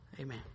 Amen